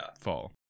fall